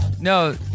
No